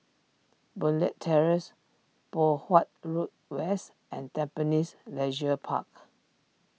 Boon Leat Terrace Poh Huat Road West and Tampines Leisure Park